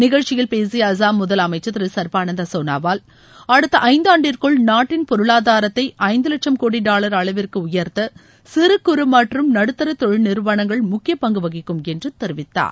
நிகழ்ச்சியில் பேசிய அசாம் முதலமைச்சர் திரு சர்பானந்தா சோனாவால் அடுத்த ஐந்தாண்டிற்குள் நாட்டின் பொருளாதாரத்தை ஐந்து லட்சம் கோடி டாவர் அளவிற்கு உயர்த்த சிறு குறு மற்றும் நடுத்தர தொழில் நிறுவனங்கள் முக்கிய பங்கு வகிக்கும் என்று தெரிவித்தார்